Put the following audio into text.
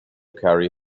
carry